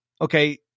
Okay